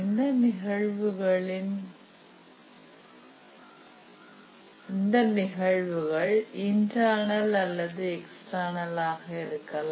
இந்த நிகழ்வுகள் internal அல்லது எக்ஸ்டெர்னல் ஆக இருக்கலாம்